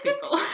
people